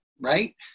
right